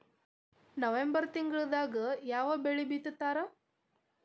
November ತಿಂಗಳದಾಗ ಯಾವ ಬೆಳಿ ಬಿತ್ತತಾರ?